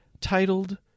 titled